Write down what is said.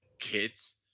kids